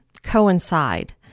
coincide